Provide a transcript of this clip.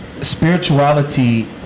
spirituality